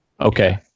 Okay